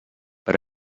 per